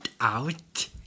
out